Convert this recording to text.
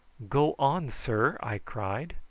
go on, sir, i cried.